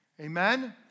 Amen